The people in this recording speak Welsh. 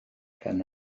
gan